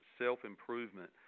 self-improvement